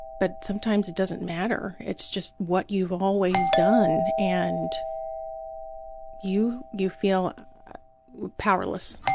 but sometimes it doesn't matter. it's just what you've always done, and you you feel powerless,